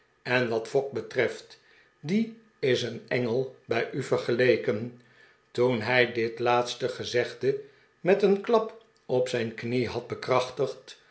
en wat fogg betreft die is een engel bij u vergeleken toen hij dit laatste gezegde met een klap op zijn knie had bekrachtigd